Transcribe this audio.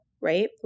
right